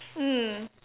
mm